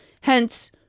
Hence